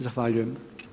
Zahvaljujem.